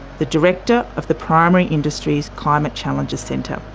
the director of the primary industries climate challenges centre.